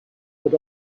but